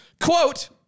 Quote